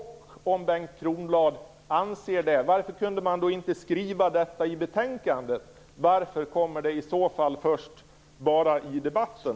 Om Bengt Kronblad anser det undrar jag varför man inte kunde skriva det i betänkandet. Varför kommer det i så fall bara upp i debatten?